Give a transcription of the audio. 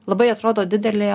labai atrodo didelė